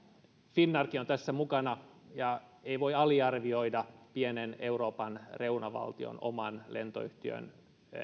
finnairkin on tässä mukana ja ei voi aliarvioida pienen euroopan reunavaltion oman lentoyhtiön